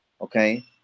Okay